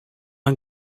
are